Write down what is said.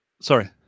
sorry